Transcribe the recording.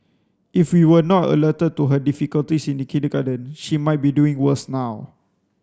if we were not alerted to her difficulties in kindergarten she might be doing worse now